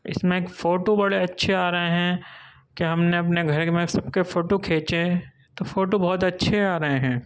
اس میں ایک فوٹو بڑے اچھے آ رہے ہیں کہ ہم نے اپنے گھر میں سب کے فوٹو کھینچے تو فوٹو بہت اچھے آ رہے ہیں